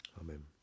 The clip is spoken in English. amen